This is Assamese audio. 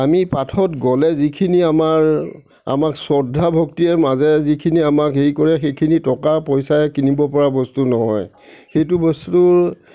আমি পাঠত গ'লে যিখিনি আমাৰ আমাক শ্ৰদ্ধা ভক্তিৰ মাজেৰে যিখিনি আমাক হেৰি কৰে সেইখিনি টকা পইচাৰে কিনিবপৰা বস্তু নহয় সেইটো বস্তুৰ